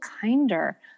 kinder